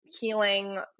healing